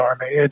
army